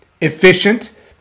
efficient